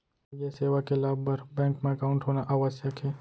का ये सेवा के लाभ बर बैंक मा एकाउंट होना आवश्यक हे